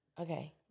Okay